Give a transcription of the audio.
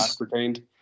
retained